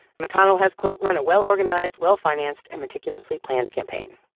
mcconnell has, quote, run a well-organized, well-financed and meticulously planned campaign.